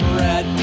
red